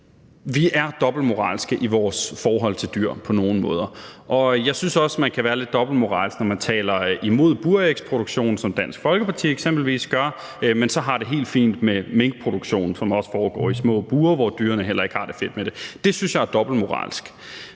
vi er dobbeltmoralske i vores forhold til dyr på nogle måder. Jeg synes også, man kan være lidt dobbeltmoralsk, når man taler imod burægproduktion, som Dansk Folkeparti eksempelvis gør, men så har det helt fint med minkproduktion, som også foregår i små bure, hvor dyrene heller ikke har det fedt med det. Det synes jeg er dobbeltmoralsk.